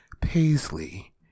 Paisley